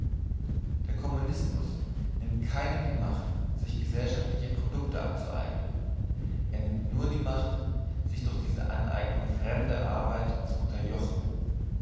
der kommunismus nimmt keinem die macht sich gesellschaftliche produkte anzueignen er nimmt nur die macht sich durch diese aneignung fremde arbeit zu unterjochen